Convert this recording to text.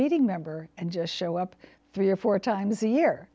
meeting member and just show up three or four times a year